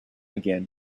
again